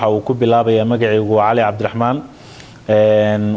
how and